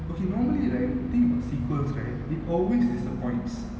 okay normally right the thing about sequels right it always disappoints